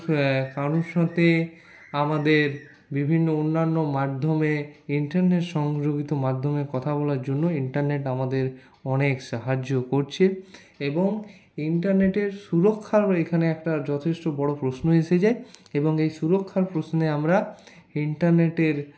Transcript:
কারোর সাথে আমাদের বিভিন্ন অন্যান্য মাধ্যমে ইন্টারনেট সংগ্রহীত মাধ্যমে কথা বলার জন্য ইন্টারনেট আমাদের অনেক সাহায্য করছে এবং ইন্টারনেটের সুরক্ষার এখানে একটা যথেষ্ট বড় প্রশ্ন এসে যায় এবং এই সুরক্ষার প্রশ্নে আমরা ইন্টারনেটের